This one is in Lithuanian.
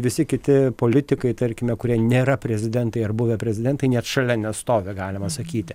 visi kiti politikai tarkime kurie nėra prezidentai ar buvę prezidentai net šalia nestovi galima sakyti